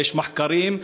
ויש מחקרים,